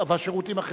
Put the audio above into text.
והשירותים החברתיים.